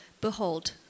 behold